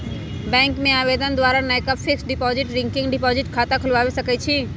bank में आवेदन द्वारा नयका फिक्स्ड डिपॉजिट, रिकरिंग डिपॉजिट खता खोलबा सकइ छी